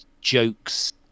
jokes